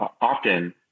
often